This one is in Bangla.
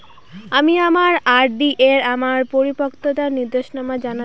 আমি আমার আর.ডি এর আমার পরিপক্কতার নির্দেশনা জানতে চাই